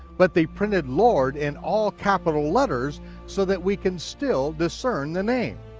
but they printed lord in all capital letters so that we can still discern the name.